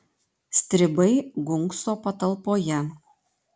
stribai gunkso patalpoje